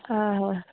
हां हां